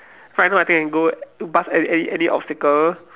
right now I think I can go past any any any obstacle